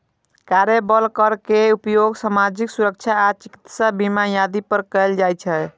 कार्यबल कर के उपयोग सामाजिक सुरक्षा आ चिकित्सा बीमा आदि पर कैल जाइ छै